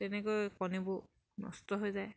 তেনেকৈ কণীবোৰ নষ্ট হৈ যায়